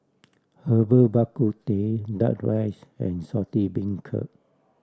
Herbal Bak Ku Teh Duck Rice and Saltish Beancurd